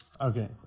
Okay